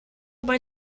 bei